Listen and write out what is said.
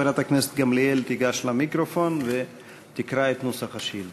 חברת הכנסת גמליאל תיגש למיקרופון ותקרא את נוסח השאילתה.